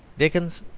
dickens,